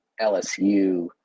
LSU